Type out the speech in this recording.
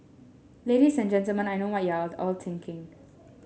ladies and Gentlemen I know what you're all thinking